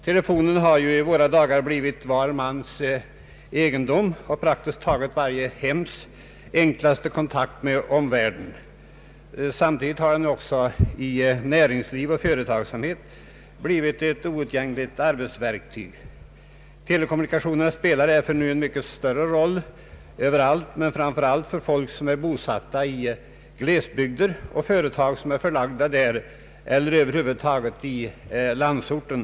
Telefonen har i våra dagar blivit var mans egendom och praktiskt taget varje hems enklaste kontakt med omvärlden. Samtidigt har den också i näringsliv och företagsamhet blivit ett oundgängligt arbetsverktyg. Telekommunikationerna spelar därför nu en mycket stor roll överallt men särskilt för folk som är bosatta i glesbygder, och företag som är förlagda där eller över huvud taget i landsorten.